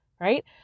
right